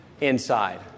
inside